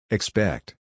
Expect